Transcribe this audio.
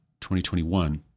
2021